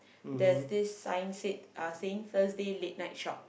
there's this sign said uh saying Thursday late night shop